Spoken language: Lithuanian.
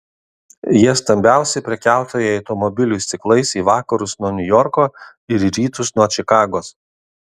jie stambiausi prekiautojai automobilių stiklais į vakarus nuo niujorko ir į rytus nuo čikagos